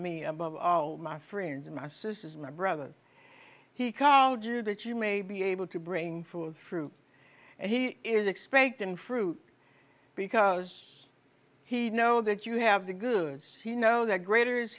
me above all my friends and my sisters my brother he called you that you may be able to bring forth fruit and he is expecting fruit because he know that you have the goods you know that greater